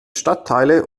stadtteile